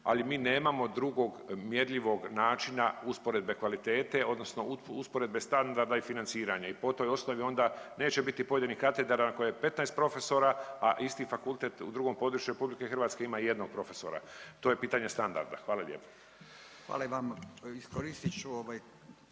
Ali mi nemamo drugog mjerljivog načina usporedbe kvalitete odnosno usporedbe standarda i financiranja. I po toj osnovi onda neće biti pojedinih katedara na kojoj je 15 profesora, a isti fakultet u drugom području Republike Hrvatske ima jednog profesora. To je pitanje standarda. Hvala lijepo. **Radin, Furio